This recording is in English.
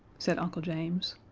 said uncle james.